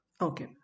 Okay